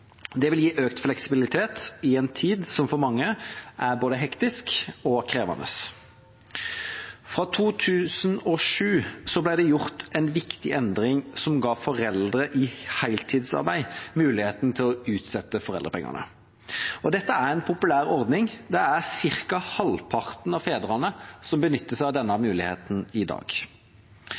Det vil gi økt fleksibilitet i en tid som for mange er både hektisk og krevende. Fra 2007 ble det gjort en viktig endring som ga foreldre i heltidsarbeid muligheten til å utsette foreldrepengene. Dette er en populær ordning, og det er ca. halvparten av fedrene som benytter seg av denne muligheten i dag.